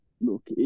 look